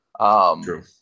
True